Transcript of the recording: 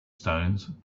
stones